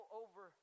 over